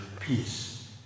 peace